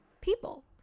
people